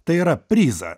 tai yra prizą